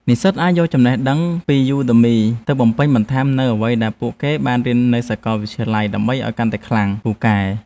និស្សិតអាចយកចំណេះដឹងពីយូដឺមីទៅបំពេញបន្ថែមនូវអ្វីដែលពួកគេបានរៀននៅសាកលវិទ្យាល័យដើម្បីឱ្យកាន់តែខ្លាំងពូកែ។